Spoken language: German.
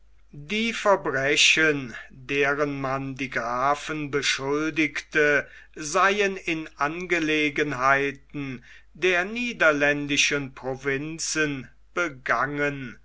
die verbrechen deren man die grafen beschuldige seien in angelegenheiten der niederländischen provinzen begangen